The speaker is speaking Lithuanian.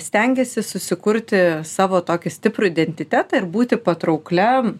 stengiasi susikurti savo tokį stiprų identitetą ir būti patraukliam